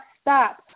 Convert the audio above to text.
stop